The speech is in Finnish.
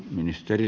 ministeri